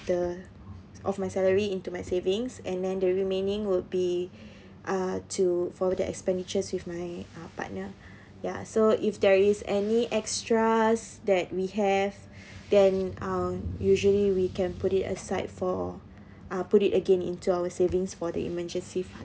the of my salary into my savings and then the remaining would be uh to for the expenditures with my partner ya so if there is any extras that we have then um usually we can put it aside for uh put it again into our savings for the emergency